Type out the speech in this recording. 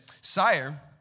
Sire